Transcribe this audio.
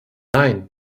nein